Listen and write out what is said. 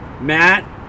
Matt